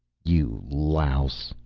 you louse,